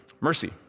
Mercy